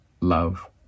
Love